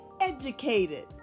educated